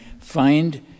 find